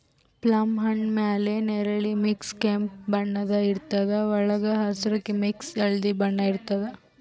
plum ಹಣ್ಣ್ ಮ್ಯಾಲ್ ನೆರಳಿ ಮಿಕ್ಸ್ ಕೆಂಪ್ ಬಣ್ಣದ್ ಇರ್ತದ್ ವಳ್ಗ್ ಹಸ್ರ್ ಮಿಕ್ಸ್ ಹಳ್ದಿ ಬಣ್ಣ ಇರ್ತದ್